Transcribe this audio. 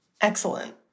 Excellent